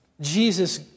Jesus